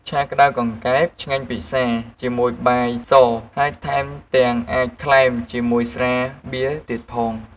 ឆាក្ដៅកង្កែប ឆ្ងាញ់ពិសាជាមួយបាយស ហើយថែមទាំងអាចក្លែមជាមួយស្រាបៀរទៀតផង។